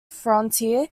frontier